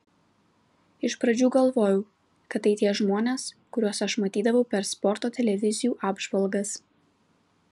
iš pradžių galvojau kad tai tie žmonės kuriuos aš matydavau per sporto televizijų apžvalgas